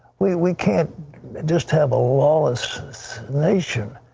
we we can't just have a lawless nation.